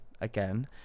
again